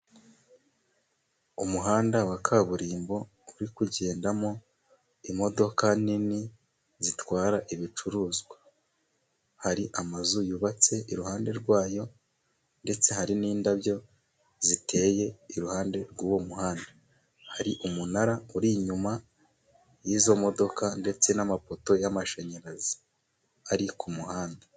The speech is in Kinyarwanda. Umuhanda wa kaburimbo uri kugendamo imodoka nini zitwara ibicuruzwa. Hari amazu yubatse iruhande rwawo, ndetse hari n'indabyo ziteye iruhande rw'uwo muhanda. Hari umunara uri inyuma y'izo modoka, ndetse n'amapoto y'amashanyarazi ari ku muhanda.